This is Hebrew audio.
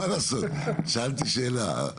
שאלתי שאלה.